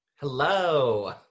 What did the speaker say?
Hello